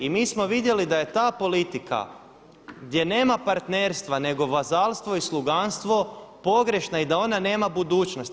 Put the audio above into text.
I mi smo vidjeli da je ta politika gdje nema partnerstva nego vazalstvo i sluganstvo pogrešna i da ona nema budućnosti.